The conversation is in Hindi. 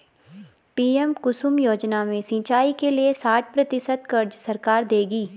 पी.एम कुसुम योजना में सिंचाई के लिए साठ प्रतिशत क़र्ज़ सरकार देगी